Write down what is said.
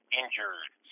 injured